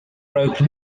broke